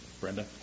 Brenda